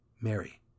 Mary